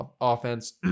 offense